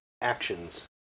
actions